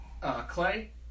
Clay